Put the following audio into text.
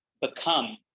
become